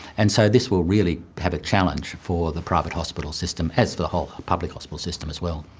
and so this will really have a challenge for the private hospital system, as for the whole public hospital system as well.